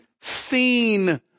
seen